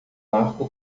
arco